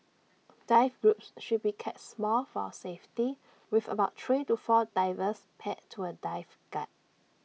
dive groups should be kept small for safety with about three to four divers paired to A dive guide